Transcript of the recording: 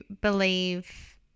believe